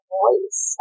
voice